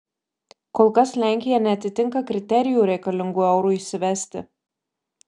kol kas lenkija neatitinka kriterijų reikalingų eurui įsivesti